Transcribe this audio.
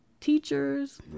teachers